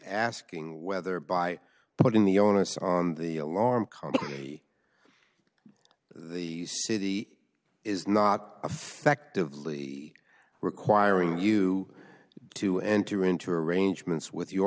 asking whether by putting the onus on the alarm comedy the city is not affective lee requiring you to enter into arrangements with your